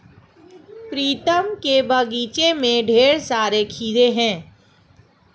प्रीतम के बगीचे में ढेर सारे खीरे हैं